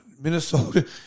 Minnesota